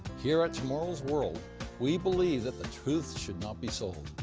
here at tomorrow's world we believe that the truth should not be sold.